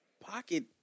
pocket